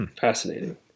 Fascinating